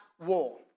war